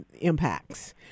impacts